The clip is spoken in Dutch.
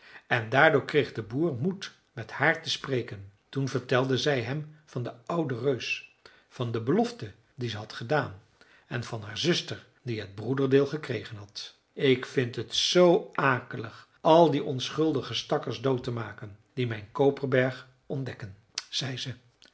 en daardoor kreeg de boer moed met haar te spreken toen vertelde zij hem van den ouden reus van de belofte die ze had gedaan en van haar zuster die het broederdeel gekregen had ik vind het zoo akelig al die onschuldige stakkers dood te maken die mijn koperberg ontdekken zei ze